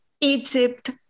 Egypt